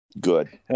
Good